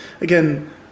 again